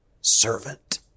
servant